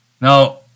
Now